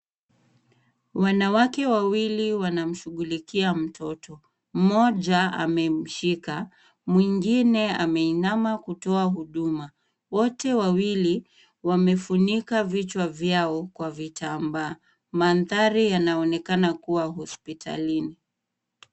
Wanawake wawili wanamshughulikia mtoto. Mmoja amemshika. Mwingine ameinama kutoa huduma. Wote wawili wamefunika vichwa vyao kwa vitambaa. Mandhari yanaonekana kuwa hospitalini.